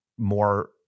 more